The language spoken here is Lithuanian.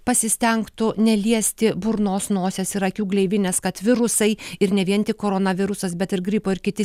pasistengtų neliesti burnos nosies ir akių gleivinės kad virusai ir ne vien tik koronavirusas bet ir gripo ir kiti